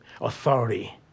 authority